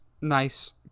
nice